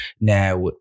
now